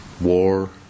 war